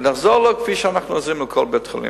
ונעזור לו כפי שאנחנו עוזרים לכל בית-חולים.